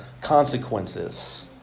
consequences